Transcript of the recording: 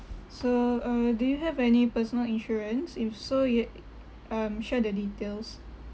so uh do you have any personal insurance if so ya um share the details